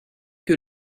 que